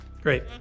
Great